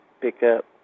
pickup